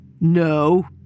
No